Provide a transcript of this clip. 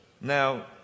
Now